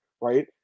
right